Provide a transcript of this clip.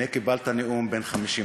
הנה, קיבלת נאום בן 50 דקות.